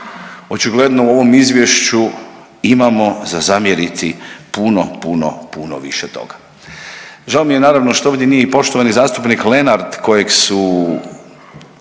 Očigledno u ovom izvješću imamo za zamjeriti puno, puno, puno više od toga. Žao mi je naravno što ovdje nije i poštovani zastupnik Lenart kojeg su